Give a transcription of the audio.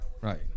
Right